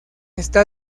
está